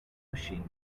machine